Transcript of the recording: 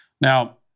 Now